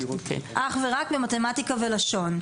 אך ורק במתמטיקה ולשון.